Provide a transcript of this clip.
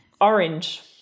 Orange